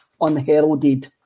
unheralded